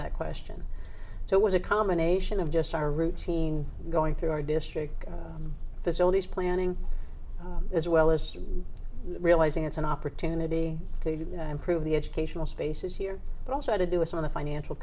that question so it was a combination of just our routine going through our district facilities planning as well as realizing it's an opportunity to improve the educational spaces here but also to do with some of the financial